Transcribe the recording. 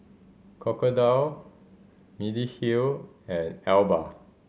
Crocodile Mediheal and Alba